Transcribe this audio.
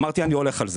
אמרתי, אני הולך על זה.